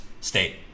state